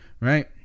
right